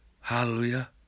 Hallelujah